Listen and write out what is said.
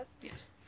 yes